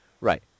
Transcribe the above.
Right